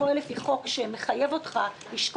תופעה שעד היום במסגרתה ספקי הערכות